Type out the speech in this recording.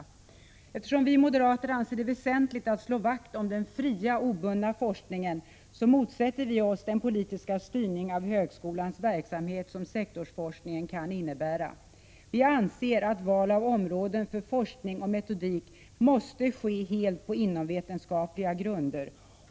69 Eftersom vi moderater anser det väsentligt att slå vakt om den fria och obundna forskningen motsätter vi oss den politiska styrning av högskolans verksamhet som sektorsforskningen kan innebära. Vi anser att val av områden för forskning och metodik måste ske helt på inomvetenskapliga grunder.